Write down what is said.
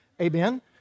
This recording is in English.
Amen